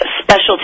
Specialty